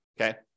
okay